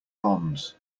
bonds